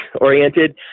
oriented